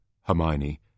Hermione